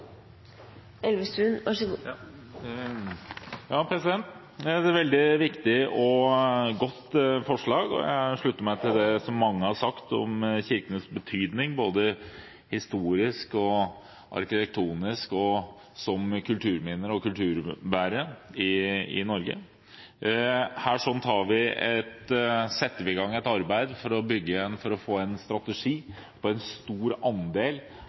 et veldig viktig og godt forslag. Jeg slutter meg til det mange har sagt om kirkenes betydning både historisk, arkitektonisk og som kulturminner og kulturbærere i Norge. Her setter vi i gang et arbeid for å få en strategi for en stor andel